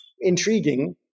intriguing